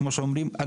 כמו שאומרים,